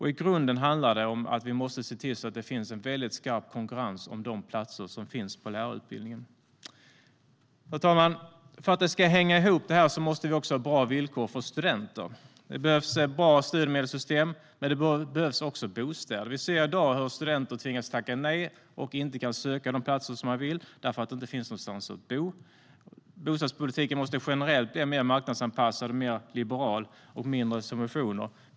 I grunden handlar det om att vi måste se till att det finns en skarp konkurrens om de platser som finns på lärarutbildningen. Herr talman! För att detta ska hänga ihop måste vi också ha bra villkor för studenter. Det behövs ett bra studiemedelssystem, men det behövs också bostäder. Vi ser i dag hur studenter tvingas tacka nej och inte kan söka de platser som de vill därför att det inte finns någonstans att bo. Bostadspolitiken måste generellt bli mer marknadsanpassad och mer liberal, och det måste vara färre subventioner.